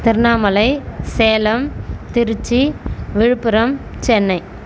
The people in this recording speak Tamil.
திருவண்ணாமலை சேலம் திருச்சி விழுப்புரம் சென்னை